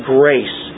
grace